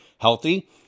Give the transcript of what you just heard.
healthy